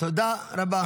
תודה רבה.